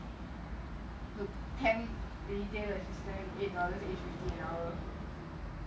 NITEC oh ya ya ya